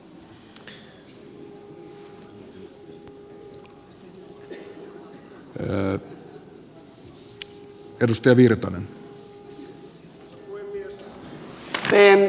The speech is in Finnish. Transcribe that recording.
arvoisa puhemies